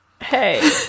hey